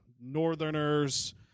Northerners